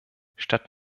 statt